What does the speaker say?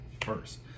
first